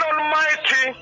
Almighty